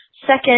Second